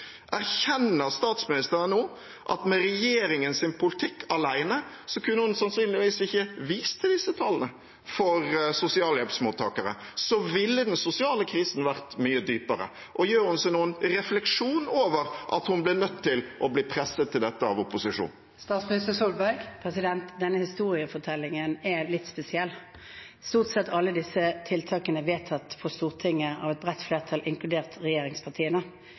Erkjenner statsministeren nå at med regjeringens politikk alene kunne hun sannsynligvis ikke vist til disse tallene? For sosialhjelpsmottakere ville den sosiale krisen vært mye dypere. Gjør hun seg noen refleksjoner over at hun var nødt til å bli presset til dette av opposisjonen? Denne historiefortellingen er litt spesiell. Stort sett alle disse tiltakene er vedtatt på Stortinget av et bredt flertall, inkludert regjeringspartiene.